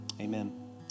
amen